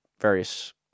various